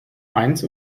mainz